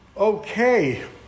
Okay